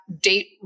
date